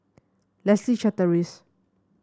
Leslie Charteris